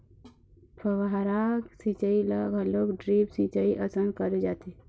फव्हारा सिंचई ल घलोक ड्रिप सिंचई असन करे जाथे